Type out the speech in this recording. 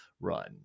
run